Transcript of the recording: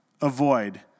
avoid